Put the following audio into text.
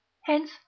Hence